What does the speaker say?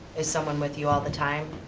is someone with you all the time?